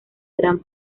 gran